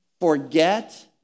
Forget